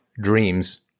dreams